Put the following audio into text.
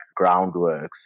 Groundworks